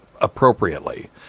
appropriately